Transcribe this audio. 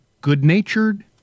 good-natured